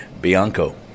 Bianco